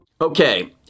Okay